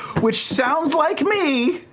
which sounds like me,